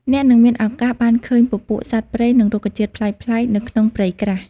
អ្នកនឹងមានឱកាសបានឃើញពពួកសត្វព្រៃ និងរុក្ខជាតិប្លែកៗនៅក្នុងព្រៃក្រាស់។